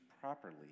properly